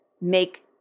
make